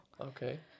Okay